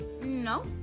no